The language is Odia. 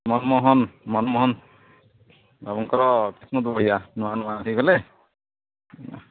ମନମୋହନ ମନମୋହନ ବାବୁଙ୍କର କିସ୍ମତ୍ ବଢ଼ିଆ ନୂଆ ନୂଆ ହେଇଗଲେ